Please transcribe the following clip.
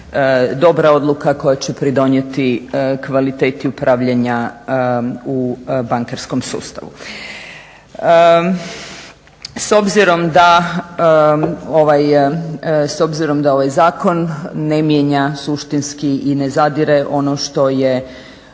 dobra odluka koja će pridonijeti kvaliteti upravljanja u bankarskom sustavu. S obzirom da ovaj zakon ne mijenja suštinski i ne zadire ono što je